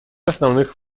основных